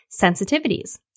sensitivities